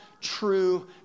true